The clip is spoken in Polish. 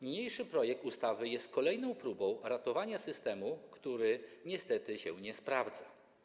Niniejszy projekt ustawy jest kolejną próbą ratowania systemu, który niestety się nie sprawdza.